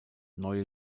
neue